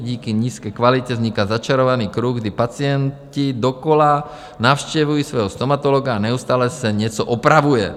Díky nízké kvalitě vzniká začarovaný kruh, kdy pacienti dokola navštěvují svého stomatologa a neustále se něco opravuje.